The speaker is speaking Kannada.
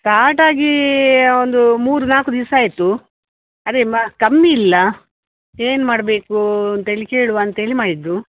ಸ್ಟಾರ್ಟ್ ಆಗೀ ಒಂದು ಮೂರು ನಾಲ್ಕು ದಿವಸ ಆಯಿತು ಅದೇ ಮ ಕಮ್ಮಿ ಇಲ್ಲ ಏನು ಮಾಡಬೇಕೂ ಅಂತ ಹೇಳಿ ಕೇಳುವ ಅಂತ ಹೇಳಿ ಮಾಡಿದ್ದು